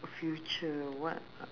future what